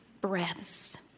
breaths